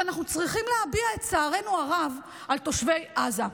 שאנחנו צריכים להביע את צערנו הרב על תושבי עזה.